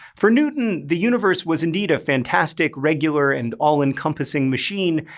for newton, the universe was indeed a fantastic, regular, and all encompassing machine,